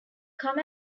come